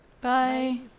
Bye